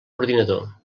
ordinador